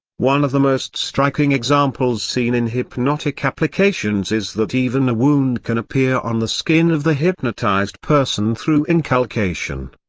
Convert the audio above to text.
one of the most striking examples seen in hypnotic applications is that even a wound can appear on the skin of the hypnotized person through inculcation.